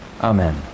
Amen